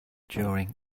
during